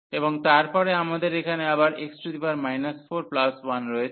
এবং তারপরে আমাদের এখানে আবার x 41 রয়েছে